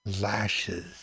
lashes